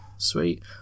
sweet